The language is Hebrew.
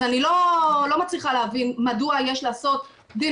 אז אני לא מצליחה להבין מדוע יש לעשות דין